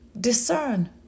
Discern